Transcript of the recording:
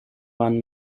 waren